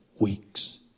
weeks